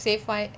safe one